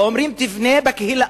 ואומרים: תבנה בקהילה.